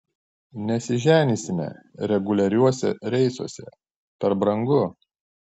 nesiženysime reguliariuose reisuose per brangu